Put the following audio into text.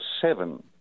seven